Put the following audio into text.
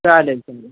चालेल चालेल